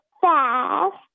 fast